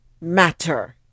matter